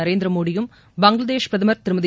நரேந்திரமோடியும் பங்களாதேஷ் பிரதமர் திருமதி